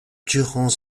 durant